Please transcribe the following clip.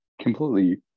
Completely